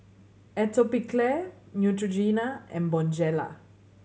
Atopiclair Neutrogena and Bonjela